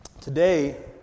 today